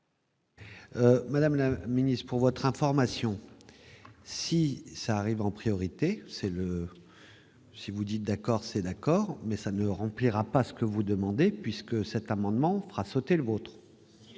Madame la Ministre, pour votre information, si ça arrive, en priorité, c'est le si vous dites d'accord, c'est d'accord, mais ça ne remplira pas ce que vous demandez, puisque cet amendement fera sauter le vôtre.